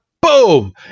boom